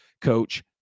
coach